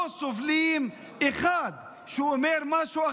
לא סובלים אחד שאומר משהו אחר.